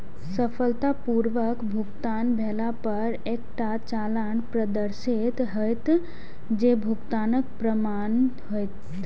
सफलतापूर्वक भुगतान भेला पर एकटा चालान प्रदर्शित हैत, जे भुगतानक प्रमाण हैत